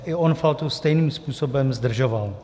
I on Faltu stejným způsobem zdržoval.